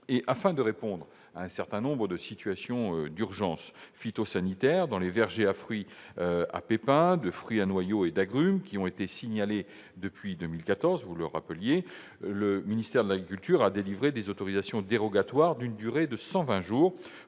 Afin de répondre à certaines situations d'urgence phytosanitaire dans les vergers de fruits à pépins ou à noyaux et d'agrumes, situations qui ont été signalées depuis 2014, le ministère de l'agriculture a délivré des autorisations dérogatoires d'une durée de 120 jours